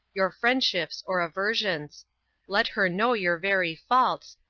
your friendships, or aversions let her know your very faults,